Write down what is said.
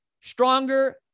stronger